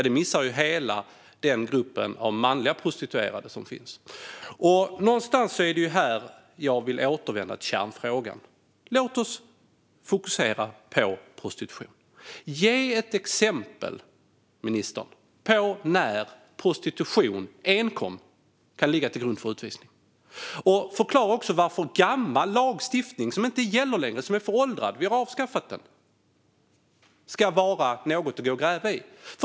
De missar hela den grupp av manliga prostituerade som finns. Någonstans här vill jag återvända till kärnfrågan. Låt oss fokusera på prostitution. Ge ett exempel, ministern, på när prostitution enkom kan ligga till grund för utvisning! Förklara också varför gammal lagstiftning som inte gäller längre, som är föråldrad och som vi har avskaffat ska vara något att gräva i!